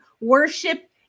worship